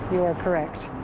you are correct.